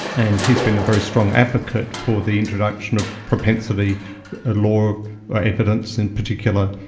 and he's been a very strong advocate for the introduction of propensity law evidence in particular,